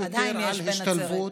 עדיין יש בנצרת.